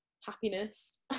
happiness